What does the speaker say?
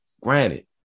granted